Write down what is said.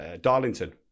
Darlington